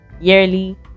yearly